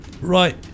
right